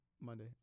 Monday